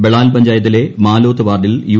ബളാൽ പഞ്ചായത്തിലെ മാലോത്ത് വാർഡിൽ യു